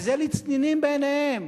וזה לצנינים בעיניהם,